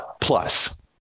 Plus